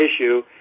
issue